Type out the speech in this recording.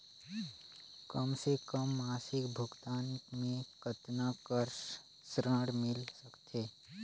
कम से कम मासिक भुगतान मे कतना कर ऋण मिल सकथे?